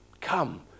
Come